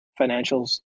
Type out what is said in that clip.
financials